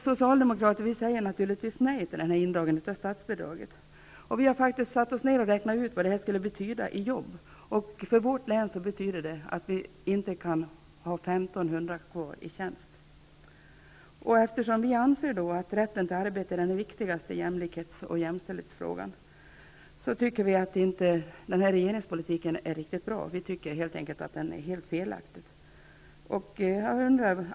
Vi socialdemokrater säger naturligtvis nej till den här indragningen av statsbidragen. Vi har satt oss ned och räknat ut vad detta kommer att betyda i jobb. För vårt län betyder det att vi i vårt län måste minska antalet anställda med 1 500. Eftersom vi anser att rätten till arbete är den viktigaste jämställdhets och jämlikhetsfrågan tycker vi att den här regeringspolitiken inte är riktigt bra -- vi tycker helt enkelt att den är direkt felaktig.